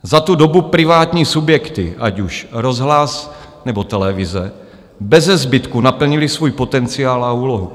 Za tu dobu privátní subjekty, ať už rozhlas, nebo televize, bezezbytku naplnily svůj potenciál a úlohu.